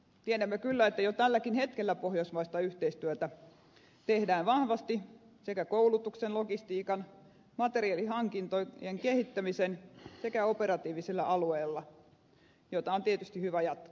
tiedämme kyllä että jo tälläkin hetkellä pohjoismaista yhteistyötä tehdään vahvasti sekä koulutuksen logistiikan materiaalihankintojen kehittämisen sekä operatiivisilla alueilla jota on tietysti hyvä jatkaa